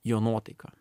jo nuotaiką